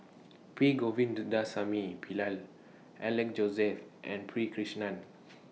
P Govindasamy Pillai Alex Josey and P Krishnan